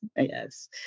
yes